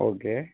okay